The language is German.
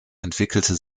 entwickelte